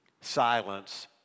Silence